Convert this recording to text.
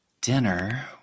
Dinner